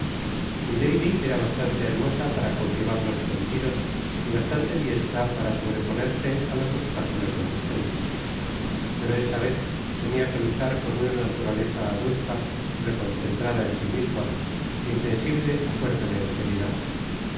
lazo milady era bastante hermosa para cautivar los sentidos y bastante diestra para sobreponerse á los obstáculos del ingenio pero esta vez tenia que luchar con una naturaleza adusta reconcentrada en si misma insensible k fuerza de austeridad